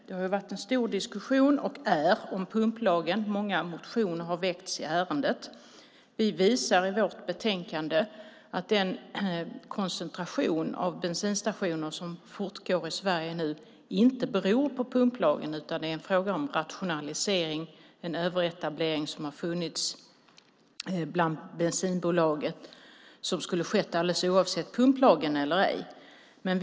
Det har varit och är en stor diskussion om pumplagen. Många motioner har väckts i ärendet. Vi visar i vårt betänkande att den koncentration av bensinstationer som nu pågår i Sverige inte beror på pumplagen. Det är fråga om en rationalisering av en överetablering som har funnits bland bensinbolagen som skulle ha skett alldeles oavsett om pumplagen funnits eller ej.